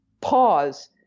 pause